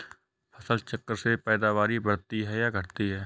फसल चक्र से पैदावारी बढ़ती है या घटती है?